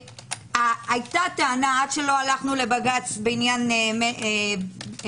הייתה טענה, עד שלא הלכנו לבג"ץ בעניין ההפגנות